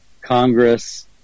congress